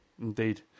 Indeed